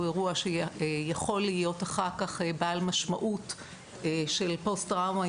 אירוע שיכול להיות אחר כך בעל משמעות של פוסט-טראומה,